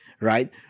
right